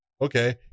okay